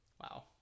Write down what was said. Wow